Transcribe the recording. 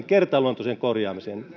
kertaluontoisen korjaamisen